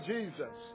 Jesus